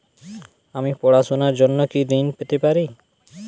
আমি পড়াশুনার জন্য কি ঋন পেতে পারি?